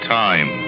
time